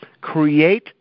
Create